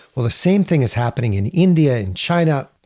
well, the same thing is happening in india, in china,